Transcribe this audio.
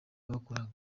bakoraga